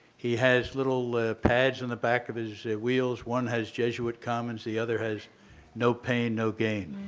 he has little pads on the back of his wheels, one has jesuit commons, the other has no pain no gain.